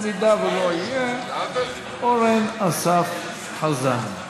אם לא יהיה, אורן אסף חזן.